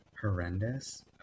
horrendous